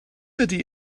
ydy